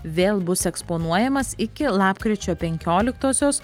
vėl bus eksponuojamas iki lapkričio penkioliktosios